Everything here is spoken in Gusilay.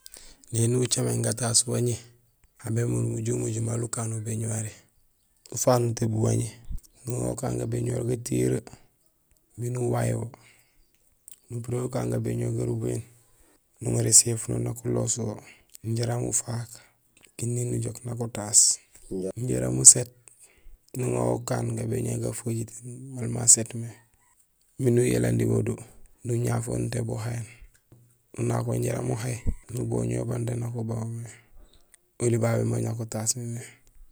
Néni ucaméén gataas waŋi, aw bémundum ujoow umojul maal ukaan nubéñuwari, ufaak nutébul wañi nuŋaar ukaan gabéñuwar gatiyoree miin uway wo, nupuréén ukaan gabéñuwar garubahéén, nuŋaar éséfuno nak ulogoos wo jaraam ufaak kinding nujook nak utaas jaraam uséét, nuŋa wo ukaan gabéñuwar gafojitéén maal mamu ma séét mé miin uyalandi wo do, nuñaaf wo nutééb wo uhayéén. Nunaak wo jaraam uhay, nubooñ wo ubang daan ubang mé. Oli babé ma nak utaas mama.